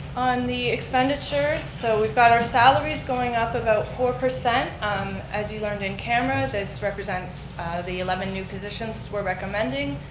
on the expenditures, so we've got our salaries going up about four. um as you learned in camera, this represents the eleven new positions we're recommending.